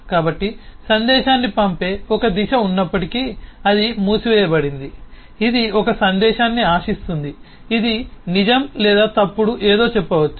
కాబట్టి సందేశాన్ని పంపే ఒకే దిశ ఉన్నప్పటికీ అది మూసివేయబడింది ఇది ఒక సందేశాన్ని ఆశిస్తుంది ఇది నిజం లేదా తప్పుడు ఏదో చెప్పవచ్చు